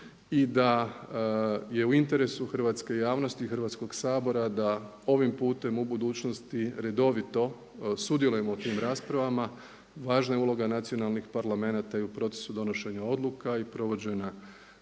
i da je u interesu hrvatske javnosti i Hrvatskog sabora da ovim putem u budućnosti redovito sudjelujemo u tim raspravama. Važna je uloga nacionalnih parlamenata i u procesu donošenja odluka i provođenja